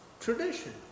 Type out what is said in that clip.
tradition